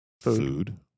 Food